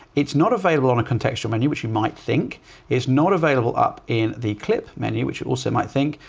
it's not available on a contextual menu, which you might think is not available up in the clip menu which also might think,